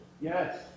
Yes